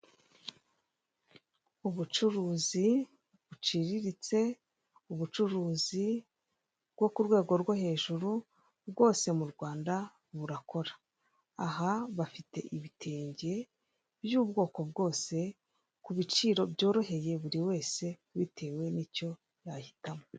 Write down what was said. Ubucuruzi buciriritse, ubucuruzi bwo ku rwego rwo hejuru bwose mu Rwanda burakora. Aha bafite ibitenge by'ubwoko bwose ku biciro byoroheye buri wese bitewe n'icyo yahitamo.